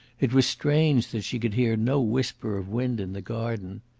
it was strange that she could hear no whisper of wind in the garden.